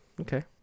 Okay